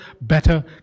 better